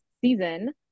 season